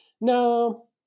no